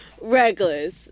Reckless